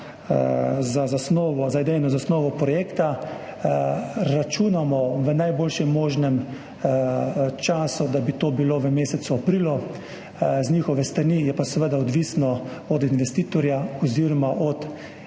za idejno zasnovo projekta. Računamo, da bi v najboljšem možnem času to bilo v mesecu aprilu z njihove strani, je pa seveda odvisno od investitorja oziroma od